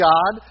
God